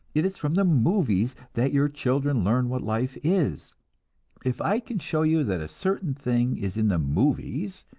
it is from the movies that your children learn what life is if i can show you that a certain thing is in the movies,